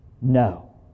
No